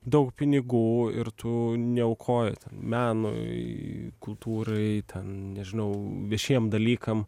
daug pinigų ir tu neaukoji ten menui kultūrai ten nežinau viešiem dalykam